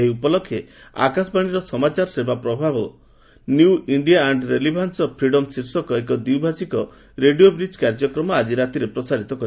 ଏହି ଉପଲକ୍ଷେ ଆକାଶବାଣୀର ସମାଚାର ସେବା ପ୍ରଭାଗ 'new India and relevance of freedom' ଶୀର୍ଷକ ଏକ ଦ୍ୱିଭାଷିକ ରେଡ଼ିଓ ବ୍ରିଜ୍ କାର୍ଯ୍ୟକ୍ରମ ଆକି ରାତିରେ ପ୍ରଚାରିତ ହେବ